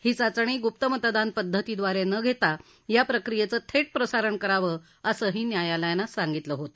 ही चाचणी ग्प्त मतदान पद्धतीदवारे न घेता या प्रक्रियेचे थेट प्रसारण करावं असंही न्यायालयानं सांगितलं आहे